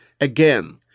again